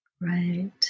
right